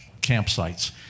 campsites